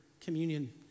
communion